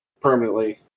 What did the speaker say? permanently